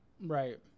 Right